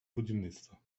будівництва